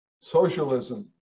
socialism